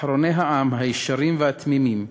אחרוני העם, הישרים והתמימים,